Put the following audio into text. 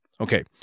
Okay